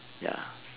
ya